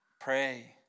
Pray